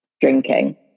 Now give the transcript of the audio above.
drinking